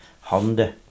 Honda